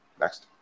Next